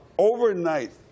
Overnight